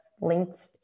linked